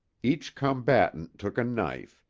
each combatant took a knife,